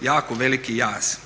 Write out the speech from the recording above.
jako veliki jaz.